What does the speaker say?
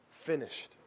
Finished